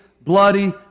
bloody